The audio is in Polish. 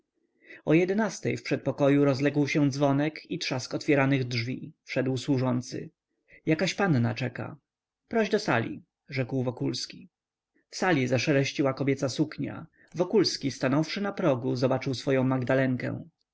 o jedenastej w przedpokoju rozległ się dzwonek i trzask otwieranych drzwi wszedł służący jakaś panna czeka proś do sali rzekł wokulski w sali zaszeleściła kobieca suknia wokulski stanąwszy na progu zobaczył swoję magdalenkę